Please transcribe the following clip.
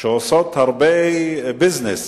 שעושות הרבה ביזנס,